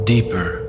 Deeper